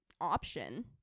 option